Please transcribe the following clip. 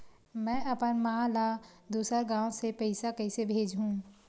में अपन मा ला दुसर गांव से पईसा कइसे भेजहु?